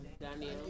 Daniel